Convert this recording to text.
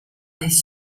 des